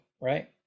right